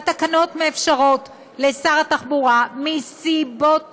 והתקנות מאפשרות לשר התחבורה מסיבות ציבוריות.